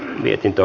asia